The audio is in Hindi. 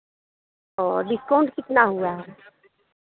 और डिस्काउन्ट कितना हुआ है